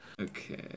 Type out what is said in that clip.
Okay